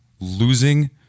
losing